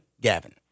Gavin